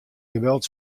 geweld